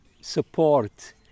support